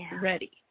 ready